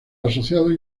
asociados